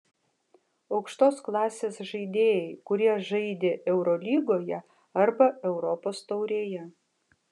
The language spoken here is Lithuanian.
aukštos klasės žaidėjai kurie žaidė eurolygoje arba europos taurėje